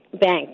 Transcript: bank